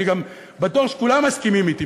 אני גם בטוח שכולם מסכימים אתי,